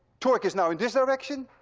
torque is now in this direction,